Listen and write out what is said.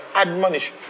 admonish